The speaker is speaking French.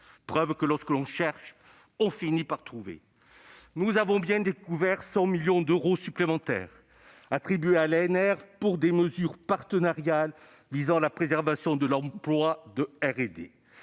preuve que, lorsqu'on cherche, on finit par trouver ! Nous avons bien découvert 100 millions d'euros supplémentaires attribués à l'ANR pour des mesures partenariales visant à la préservation de l'emploi dans